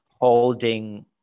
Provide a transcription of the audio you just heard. holding